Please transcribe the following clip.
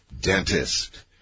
dentist